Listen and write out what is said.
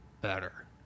better